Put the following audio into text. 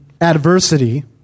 adversity